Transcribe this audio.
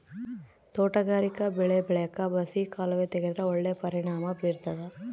ತೋಟಗಾರಿಕಾ ಬೆಳೆ ಬೆಳ್ಯಾಕ್ ಬಸಿ ಕಾಲುವೆ ತೆಗೆದ್ರ ಒಳ್ಳೆ ಪರಿಣಾಮ ಬೀರ್ತಾದ